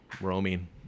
roaming